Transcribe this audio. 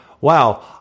wow